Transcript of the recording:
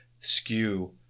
skew